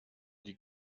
die